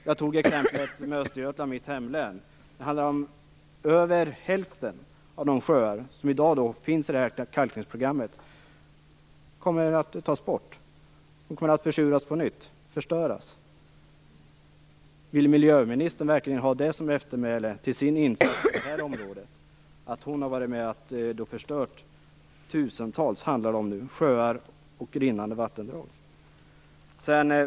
Jag tog exemplet med Östergötland, mitt hemlän, där det handlar om att över hälften av de sjöar som finns i kalkningsprogrammet kommer att tas bort. De kommer att försuras och förstöras på nytt. Vill miljöministern verkligen ha det som eftermäle till sin insats på det här området att hon har varit med om att förstöra tusentals sjöar och rinnande vattendrag? Fru talman!